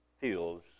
feels